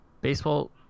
Baseball